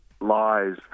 lies